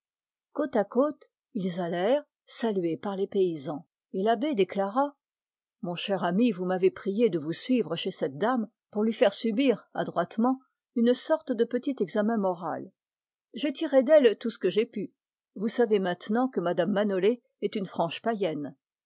côte à côte ils allèrent et l'abbé déclara mon ami vous m'avez prié de vous suivre chez cette dame pour lui faire subir adroitement un petit examen moral j'ai tiré d'elle tout ce que j'ai pu vous savez maintenant que mme manolé est une franche païenne